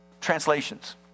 translations